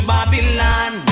Babylon